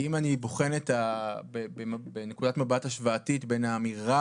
כי אם אני בוחן בנקודת מבט השוואתית בין האמירה